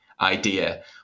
idea